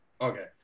Okay